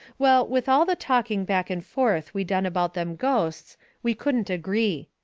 well, with all the talking back and forth we done about them ghosts we couldn't agree.